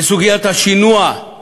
סוגיית השינוע של